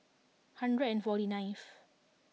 hundred and forty ninth